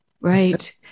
Right